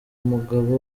mugabe